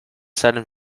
sudden